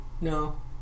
No